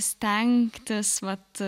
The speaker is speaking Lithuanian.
stengtis vat